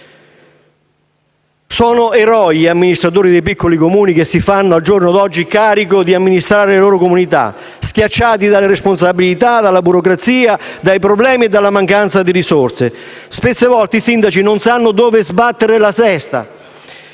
Sono eroi gli amministratori dei piccoli Comuni che al giorno d'oggi si fanno carico di amministrare le loro comunità, schiacciati dalle responsabilità, dalla burocrazia, dai problemi e dalla mancanza di risorse. Spesso i sindaci non sanno dove sbattere la testa.